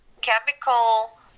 chemical